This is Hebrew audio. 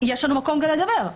יש לנו מקום לדבר.